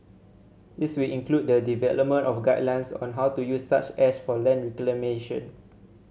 this will include the development of guidelines on how to use such ash for land reclamation